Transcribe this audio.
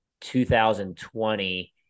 2020